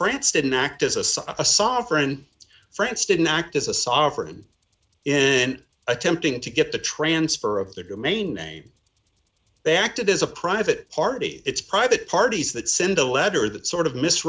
france didn't act as a sort of a sovereign france didn't act as a software in attempting to get the transfer of their domain name they acted as a private party it's private parties that send a letter that sort of